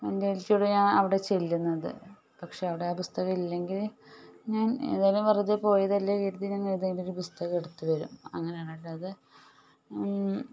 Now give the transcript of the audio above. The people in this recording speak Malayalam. ഇൻറ്റൻഷ്വലിയാണ് അവിടെ ചെല്ലുന്നത് പക്ഷേ അവിടെ ആ പുസ്തകം ഇല്ലെങ്കിൽ ഞാൻ ഏതായാലും വെറുതെ പോയതല്ലേ കരുതി ഞാൻ ഏതെങ്കിലും പുസ്തകം എടുത്ത് വരും അങ്ങനെയാണ് അല്ലാതെ